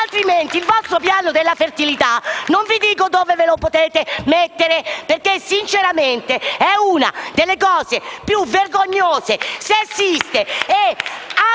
altrimenti il vostro Piano per la fertilità non vi dico dove ve lo potete mettere perché sinceramente è una delle cose più vergognose, sessiste e